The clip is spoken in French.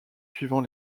suivant